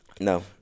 No